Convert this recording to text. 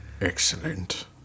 Excellent